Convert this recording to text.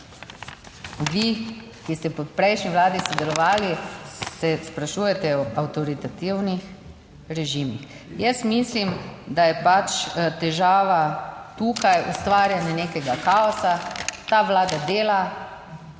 Vi, ki ste v prejšnji vladi sodelovali, se sprašujete o avtoritativnih režimih. Jaz mislim, da je pač težava tukaj ustvarjanje nekega kaosa. Ta vlada dela,